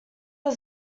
are